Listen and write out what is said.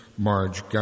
Marge